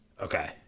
Okay